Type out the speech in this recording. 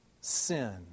sin